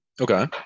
Okay